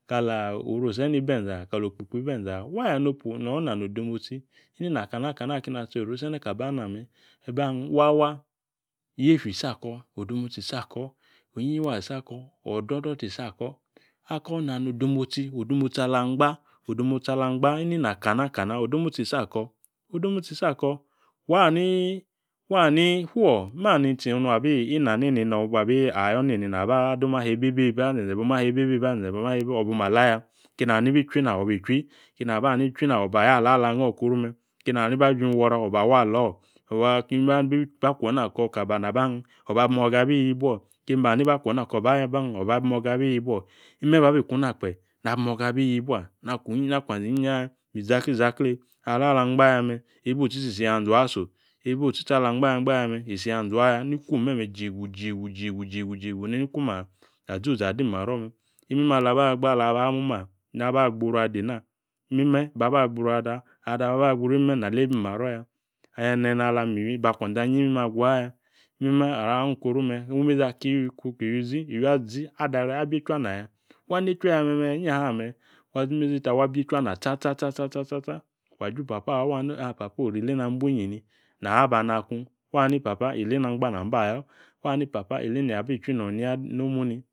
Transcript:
. Kala oru osene ibenza? Kala okpikpi ibi enza? Wa ya nopu no nano odemotsi inana kana kana akeni natso yieru kaba na ba hin wa yiefyo isi ako̱ odemotsi isi ako̱ inyiyi waa isi ako̱ o̱do̱do̱ isi ako̱ Ako nano odemotsi ala anaba odemotsi ala angba inina kana ka na odomotsi isi ako̱ odemotsi isi ako̱ wani fuo mani tsi mani tsi nung abi na neni naba adoma hebebebe beba zenze̱ boma hebe bebe bebe beba zenze̱ boma he obo oma laya keni nani chwi na obi chiwi keni ani ba jim wora oba wa alo Ba kwo na kaka bana bahim oba bi imoga abi iyi ibuo. Keni ani ba kwo na koba yo ba hin o̱ba bi imoga abi iyi ibuo. Imme babi ikuna kpe na bi imoga abi iyi bua na kwanze inyiyi aya mi zaklee izaklee alua ala angba yame o̱ba otsitsi isi nianza aso Ni kwom me̱me̱ ijiegu ijiegu Neni ikwom azuzu adi maro me̱ mime ala angba ala ba moma na ba gburu ada eena mime aba ada aba gburu imime na leba imaro̱ ya enene ala mi iywi ba kwanze̱ ayi imime agu aya mime ara aghung koru mee wi imezi aki iywi ki iywi zi, iywi azi adere abi yiech a aba nayo wa nayiechwaya me inyaha me̱ wa zimezi ta wa biechwa ana tsatsa wa ju papo awa papa oru ila na buinyi ni na aba ana kung Wa ni papa ile na angba nam bayo wani papa ile n aba ichwi non nomu ni.